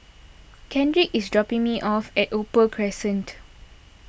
Kendrick is dropping me off at Opal Crescent